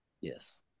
Yes